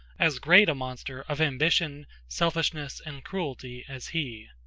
as great a monster of ambition, selfishness, and cruelty as he.